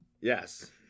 Yes